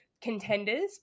contenders